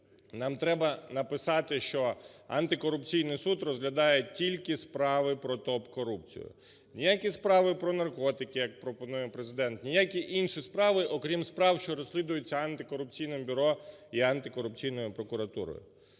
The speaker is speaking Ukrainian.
Нам треба написати, що антикорупційний суд розглядає тільки справи про топ-корупцію. Ніякі справи про наркотики, як пропонує Президент, ніякі інші справи, окрім справ, що розслідуються антикорупційним бюро і антикорупційною прокуратурою.